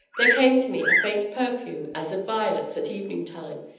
there came to me a faint perfume as of violets at evening-time,